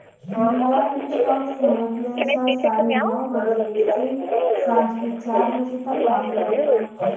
New York stock समय के अनुसार साढ़े नौ बजे से सांझ के चार बजे तक काम करेला